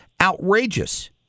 outrageous